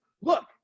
look